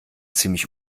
ziemlich